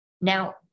Now